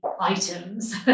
items